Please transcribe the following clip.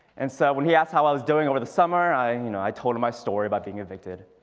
and so when he asked how i was doing over the summer i you know i told him my story about being evicted.